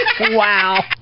wow